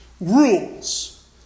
rules